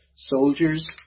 soldiers